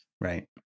right